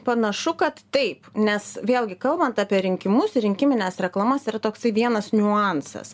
panašu kad taip nes vėlgi kalbant apie rinkimus rinkimines reklamas yra toksai vienas niuansas